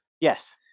Yes